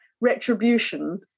retribution